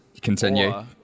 continue